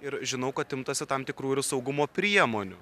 ir žinau kad imtasi tam tikrų saugumo priemonių